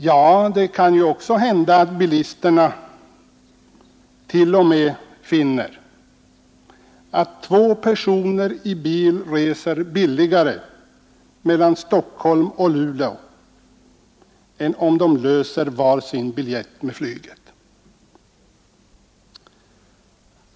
Ja, det kan ju också hända att bilisten t.o.m. finner att två personer i bil reser billigare mellan Stockholm och Luleå än om de löser var sin biljett med flyget.